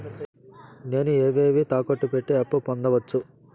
నేను ఏవేవి తాకట్టు పెట్టి అప్పు పొందవచ్చు?